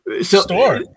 store